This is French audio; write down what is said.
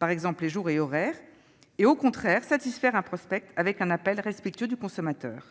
par exemple les jours et les horaires, et, au contraire, satisfaire un prospect avec un appel respectueux du consommateur.